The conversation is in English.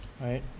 Right